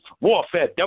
Warfare